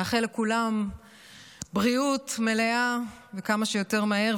נאחל לכולם בריאות מלאה וכמה שיותר מהר,